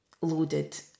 loaded